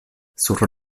sur